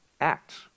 acts